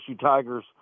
Tigers